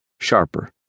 sharper